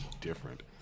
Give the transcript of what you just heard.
different